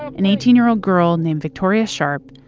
an eighteen year old girl named victoria sharp,